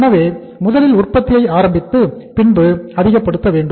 எனவே முதலில் உற்பத்தியை ஆரம்பித்து பின்பு அதிகப்படுத்த வேண்டும்